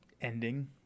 ending